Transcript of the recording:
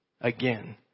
again